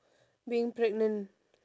being pregnant